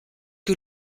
que